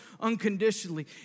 unconditionally